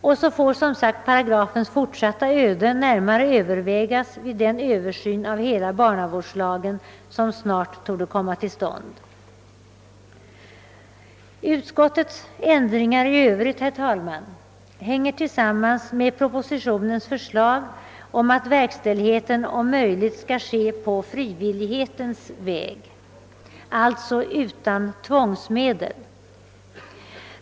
Och så får, som sagt, paragrafens fortsatta öde närmare övervägas vid den översyn av hela barnavårdslagen som snart torde komma till stånd. Utskottets ändringar i övrigt, herr talman, sammanhänger med propositionens förslag att verkställigheten om möjligt skall ske på frivillighetens väg — alltså utan tvång.